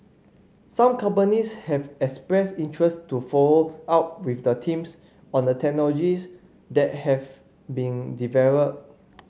some companies have expressed interest to follow up with the teams on the technologies that have been developed